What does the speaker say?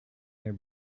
their